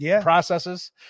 processes